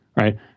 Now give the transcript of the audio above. Right